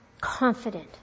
confident